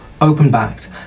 open-backed